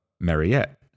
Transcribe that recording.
Mariette